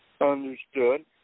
Understood